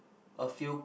a few